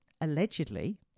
allegedly